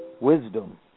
wisdom